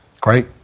Great